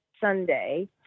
Sunday